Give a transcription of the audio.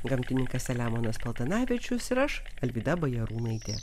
gamtininkas selemonas paltanavičius ir aš alvyda bajarūnaitė